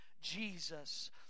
Jesus